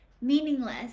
Meaningless